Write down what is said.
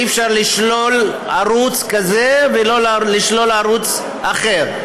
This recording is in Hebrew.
אי-אפשר לשלול ערוץ כזה ולא לשלול ערוץ אחר.